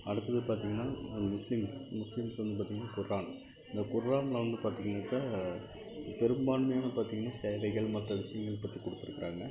அடுத்தது பார்த்தீங்கன்னா Muslim Muslims வந்து பாத்தீங்கன்னா குரான் அந்த குரானில் வந்து பார்த்தீங்கன்னாக்கா பெரும்பான்மையான பார்த்தீங்கன்னா சேவைகள் மற்ற விஷயங்கள் பற்றி கொடுத்துருக்குறாங்க